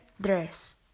dress